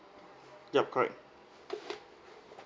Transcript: yup correct